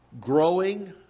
growing